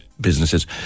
businesses